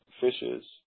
fishes